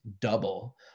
double